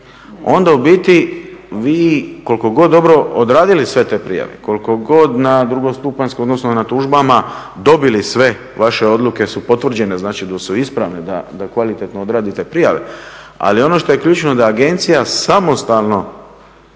onda u biti vi koliko god dobro odradili sve te prijave, koliko god na drugostupanjskom, odnosno na tužbama dobili sve, vaše odluke su potvrđene, znači da su ispravne, da kvalitetno odradite prijave. Ali ono što je ključno da agencija samostalno